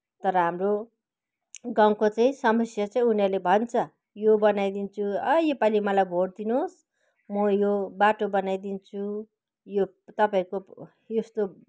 तर हाम्रो गाउँको चाहिँ समस्या चाहिँ उनीहरूले भन्छ यो बनाइदिन्छु अँ योपालि मलाई भोट दिनुहोस् म यो बाटो बनाइदिन्छु यो तपाईँहरूको यस्तो